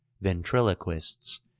Ventriloquists